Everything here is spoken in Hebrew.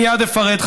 ואני מייד אפרט,